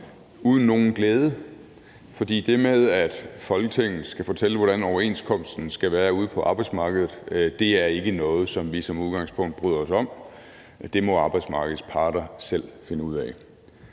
uden nogen glæde, fordi det med, at Folketinget skal fortælle, hvordan overenskomsten skal være ude på arbejdsmarkedet, er ikke noget, vi som udgangspunkt bryder os om. Det må arbejdsmarkedets parter selv finde ud af.